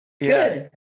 Good